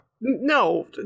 No